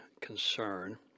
concern